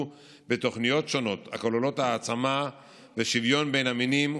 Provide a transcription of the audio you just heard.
בתוכניות שונות הכוללות העצמה ושוויון בין המינים,